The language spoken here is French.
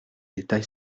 détail